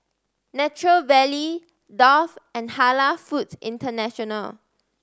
Nature Valley Dove and Halal Foods International